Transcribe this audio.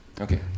okay